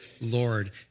Lord